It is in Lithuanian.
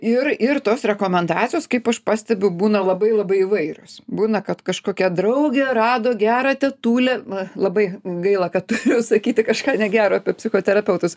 ir ir tos rekomendacijos kaip aš pastebiu būna labai labai įvairios būna kad kažkokia draugė rado gerą tetulę na labai gaila kad sakyti kažką negero apie psichoterapeutus